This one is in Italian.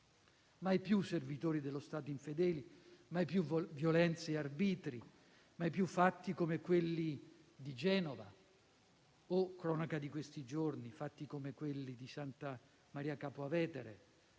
Mai più servitori dello Stato infedeli, mai più violenze e arbitri, mai più fatti come quelli di Genova o - è cronaca di questi giorni - fatti come quelli di Santa Maria Capua Vetere